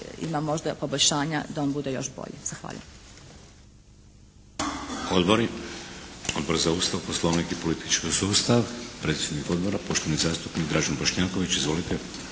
ima možda poboljšanja da on bude još bolji. Zahvaljujem.